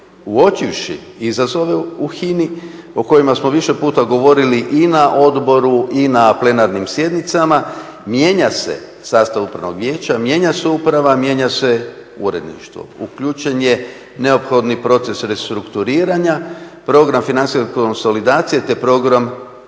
uočivši izazove u HINA-i o kojima smo više puta govorili i na odboru i na plenarnim sjednicama mijenja se sastav upravnog vijeća, mijenja se uprava, mijenja se uredništvo. Uključen je neophodni proces restrukturiranja, program financijske konsolidacije te program novog